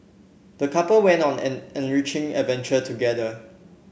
the couple went on an enriching adventure together